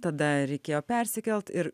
tada reikėjo persikelt ir